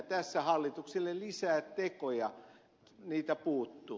tässä hallitukselle lisää tekoja niitä puuttuu